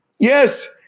Yes